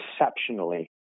exceptionally